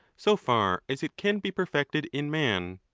so far as it can be perfected in man.